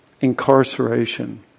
incarceration